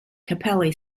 capelli